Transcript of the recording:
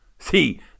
See